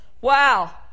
Wow